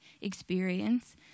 experience